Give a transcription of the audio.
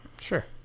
Sure